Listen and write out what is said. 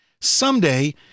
Someday